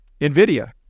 NVIDIA